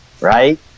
Right